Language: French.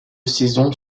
saison